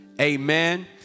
amen